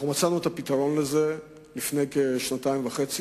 מצאנו את הפתרון לזה לפני כשנתיים וחצי,